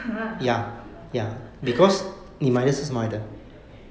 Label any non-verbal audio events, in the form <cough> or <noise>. !huh! <laughs>